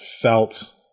felt